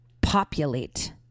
populate